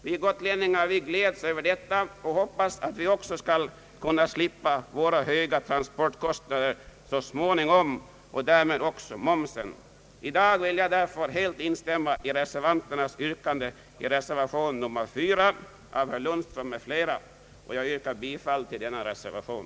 Vi gotlänningar gläds över detta och hoppas att vi också skall slippa våra höga transportkostnader och därmed också momsen. I dag vill jag därför helt instämma i yrkandet 1 reservation nr 4 av herr Lundström m.fl. Jag yrkar bifall till denna reservation.